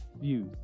views